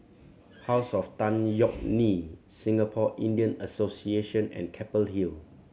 House of Tan Yeok Nee Singapore Indian Association and Keppel Hill